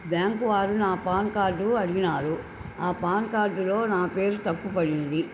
బ్యాంక్వారు నా పాన్కార్డ్ అడిగారు ఆ పాన్కార్డులో నా పేరు తప్పుపడింది